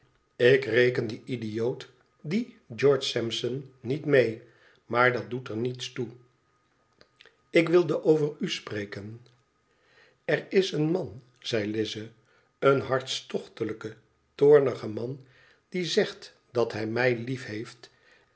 ik reken dien idioot dien george sampson niet mee maar dat doet er niets toe ik wilde over u spreken lér is een man zei lize teen harstochtelijke toornige man die zegt dat hij mij